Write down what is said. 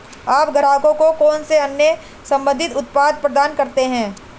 आप ग्राहकों को कौन से अन्य संबंधित उत्पाद प्रदान करते हैं?